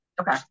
Okay